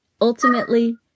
Ultimately